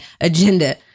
agenda